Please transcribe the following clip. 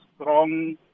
strong